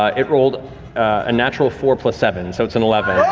ah it rolled a natural four plus seven, so it's an eleven.